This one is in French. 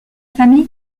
famille